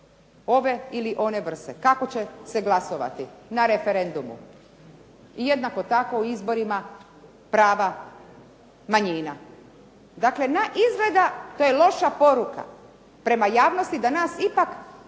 ove ili one vrste. Kako će se glasovati na referendumu, jednako tako u izborima prava manjina. Dakle, … da je loša poruka prema javnosti da nas ipak